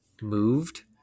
moved